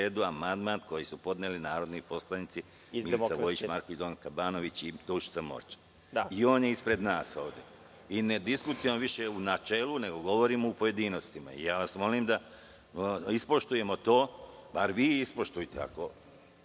amandman koji su podneli narodni poslanici Milica Vojić Marković, Donka Banović i Dušica Morčev. On je ispred nas ovde i ne diskutujemo više u načelu, nego govorimo u pojedinostima. Molim vas da ispoštujemo to. Bar vi ispoštujte, ako